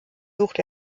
sucht